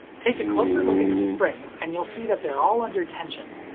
take a closer look at the springs and you'll see that they're all under tension.